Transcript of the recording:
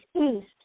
East